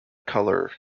color